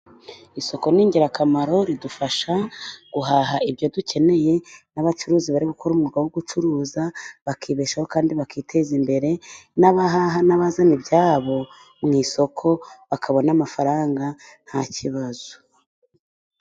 Isoko ni ingirakamaro ridufasha guhaha ibyo dukeneye, n'abacuruzi bari gukora umwuga wo gucuruza bakibeshaho kandi bakiteza imbere, n'abahaha n'abazana ibyabo mu isoko bakabona amafaranga nta kibazo.